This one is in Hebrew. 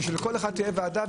ושלכל אחד תהיה ועדה.